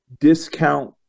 discount